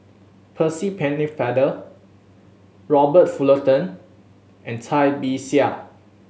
Percy Pennefather Robert Fullerton and Cai Bixia